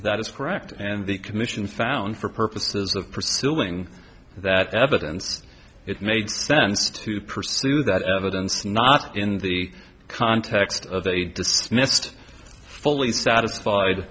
that is correct and the commission found for purposes of pursuing that evidence it made sense to pursue that evidence not in the context of a dismissed fully satisfied